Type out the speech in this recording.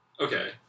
Okay